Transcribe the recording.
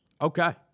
Okay